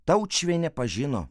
taučiuvienė pažino